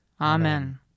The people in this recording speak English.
Amen